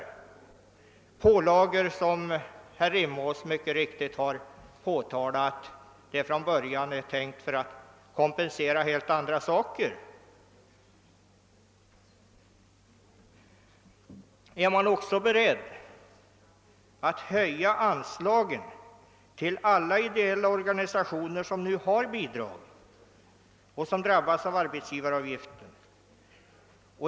Dessa pålagor är, som herr Rimås mycket riktigt har påtalat, från början avsedda att kompensera helt andra saker. Är man också beredd att höja anslagen till alla ideella organisationer som nu har bidrag och drabbas av arbetsgivaravgiften?